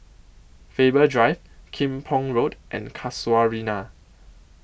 Faber Drive Kim Pong Road and Casuarina